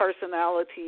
personality